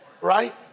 Right